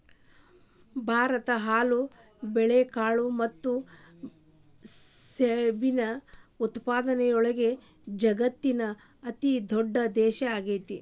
ಭಾರತ ಹಾಲು, ಬೇಳೆಕಾಳು ಮತ್ತ ಸೆಣಬಿನ ಉತ್ಪಾದನೆಯೊಳಗ ವಜಗತ್ತಿನ ಅತಿದೊಡ್ಡ ದೇಶ ಆಗೇತಿ